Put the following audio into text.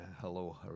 hello